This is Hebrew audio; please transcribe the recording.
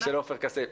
של עופר כסיף.